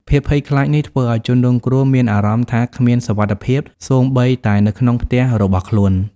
ភាពភ័យខ្លាចនេះធ្វើឲ្យជនរងគ្រោះមានអារម្មណ៍ថាគ្មានសុវត្ថិភាពសូម្បីតែនៅក្នុងផ្ទះរបស់ខ្លួន។